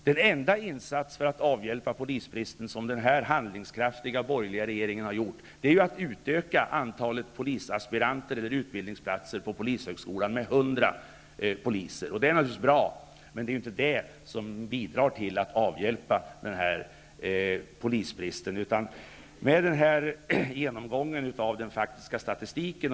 Den enda insats för att avhjälpa polisbristen som den här handlingskraftiga borgerliga regeringen har gjort är att utöka antalet utbildningsplatser på polishögskolan med 100. Det är naturligtvis bra, men det är inte det som bidrar till att avhjälpa polisbristen.